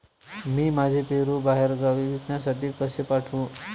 मी माझे पेरू बाहेरगावी विकण्यासाठी कसे पाठवू?